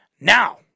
Now